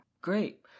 Great